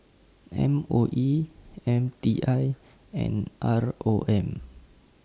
M O E M T I and R O M